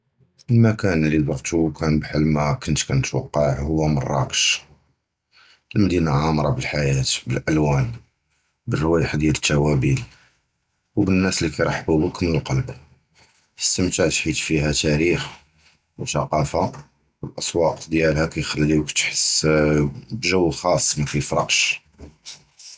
הַמְּקָאן לִי זַרְתּוּ וְקַאנְ בְחַל מَا קִנְת קִנְתְוַקַע הוּו מַרַאקְש הַמַּדִינַה עַאמְרָה בַחַיַאת בַּלְאָלְוַאנ בַּרְוַואִיח דִיַּל הַטּוּאַבֵּל וּבַנְנָאס לִי קִיְרַחְבּוּ בִיק מִן הַלְקַלְב, אִסְתִמְתַעְת בְחִית פִיהָ תַארִיח וְתַקַאפָה וְהַאָסְוַאק דִיַּלְהָא קִיְחַלִיוּק תַחֵס בְגּ'וּ חַאס מַקִיְפְרַקְש.